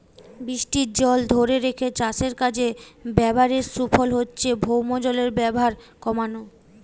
বৃষ্টির জল ধোরে রেখে চাষের কাজে ব্যাভারের সুফল হচ্ছে ভৌমজলের ব্যাভার কোমানা